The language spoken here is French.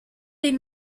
les